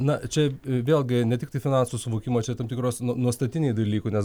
na čia vėlgi ne tiktai finansų suvokimo čia tam tikros nuostatiniai dalykų nes